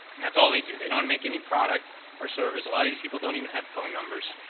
and that's all they do. they don't make any product or service. a lot of these people don't even have phone numbers.